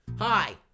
Hi